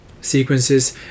Sequences